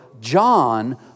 John